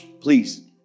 Please